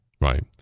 right